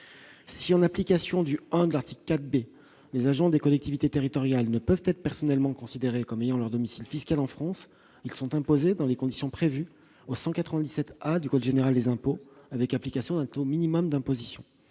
Si, en application du 1 de l'article 4 B du code général des impôts, les agents des collectivités territoriales ne peuvent être personnellement considérés comme ayant leur domicile fiscal en France, ils sont imposés dans les conditions prévues à l'article 197 A du code général des impôts, avec application d'un taux minimum d'imposition.